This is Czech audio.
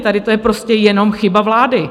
Tady to je prostě jenom chyba vlády.